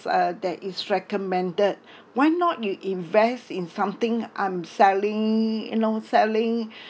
uh that is recommended why not you invest in something I'm selling you know selling